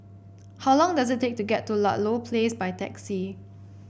how long does it take to get to Ludlow Place by taxi